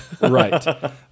Right